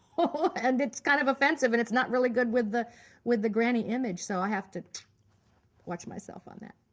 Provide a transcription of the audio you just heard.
ah but and it's kind of offensive, and it's not really good with the with the granny image, so i have to watch myself on that.